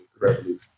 revolution